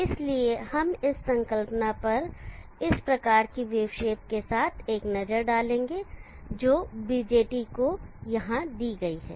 इसलिए हम इस संकल्पना पर इस प्रकार की वेव शेप के साथ एक नज़र डालेंगे बीजेटी को यहाँ दी गई है